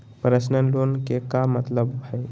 Personal loan के का मतलब हई?